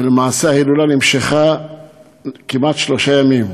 ולמעשה ההילולה נמשכה כמעט שלושה ימים,